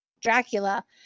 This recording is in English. Dracula